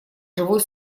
живой